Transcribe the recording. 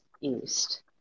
east